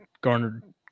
garnered